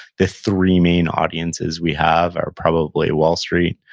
the three main audiences we have are probably wall street,